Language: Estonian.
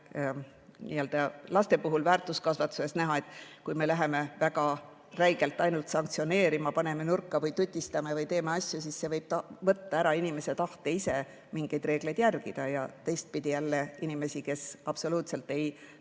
laste puhul väärtuskasvatuses näha, et kui läheme väga räigelt ainult sanktsioneerima, paneme nurka või tutistame või teeme selliseid asju, siis see võib võtta ära inimese tahte ise mingeid reegleid järgida. Teistpidi, kui on inimesi, kes absoluutselt ei